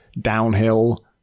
downhill